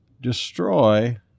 destroy